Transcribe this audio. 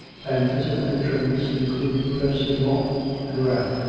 and physical instruments, including pursuivants and the rack,